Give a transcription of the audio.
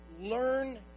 learn